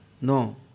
No